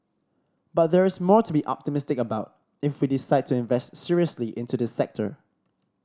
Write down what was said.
but there is more to be optimistic about if we decide to invest seriously into the sector